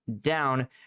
down